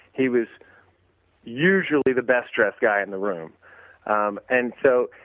he was usually the best dressed guy in the room um and so,